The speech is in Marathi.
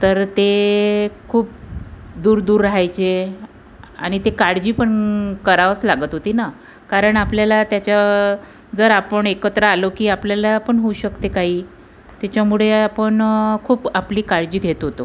तर ते खूप दूर दूर रहायचे आणि ते काळजी पण करावीच लागत होती ना कारण आपल्याला त्याच्या जर आपण एकत्र आलो की आपल्याला पण होऊ शकते काही त्याच्यामुळे आपण खूप आपली काळजी घेत होतो